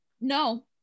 no